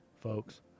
folks